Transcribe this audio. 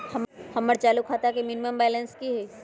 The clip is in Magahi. हमर चालू खाता के मिनिमम बैलेंस कि हई?